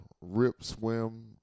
rip-swim